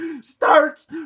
starts